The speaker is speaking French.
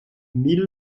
mille